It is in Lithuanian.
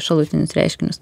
šalutinius reiškinius